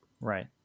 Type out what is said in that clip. right